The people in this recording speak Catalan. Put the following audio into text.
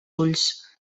ulls